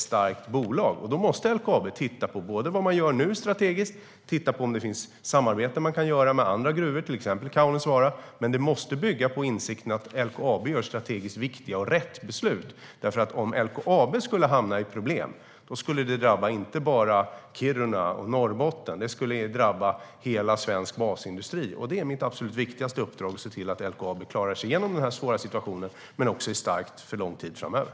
LKAB måste titta på både vad man gör nu strategiskt och om det finns samarbeten man kan ha med andra gruvor, till exempel Kaunisvaara, men det måste bygga på insikten att LKAB fattar strategiskt viktiga och rätt beslut. Om LKAB skulle hamna i problem skulle det inte bara drabba Kiruna och Norrbotten utan hela den svenska basindustrin. Mitt absolut viktigaste uppdrag är att se till att LKAB klarar sig igenom denna svåra situation och är starkt under lång tid framöver.